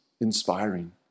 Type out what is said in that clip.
inspiring